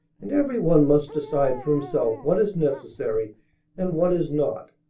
and every one must decide for himself what is necessary and what is not,